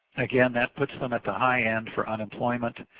again, that puts them at the high end for unemployment